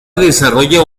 desarrolla